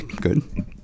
Good